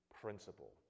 principle